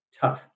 tough